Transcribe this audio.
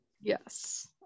Yes